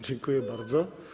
Dziękuję bardzo.